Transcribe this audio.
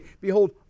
Behold